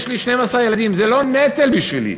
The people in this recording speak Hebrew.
יש לי 12 ילדים, זה לא נטל בשבילי.